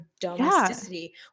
domesticity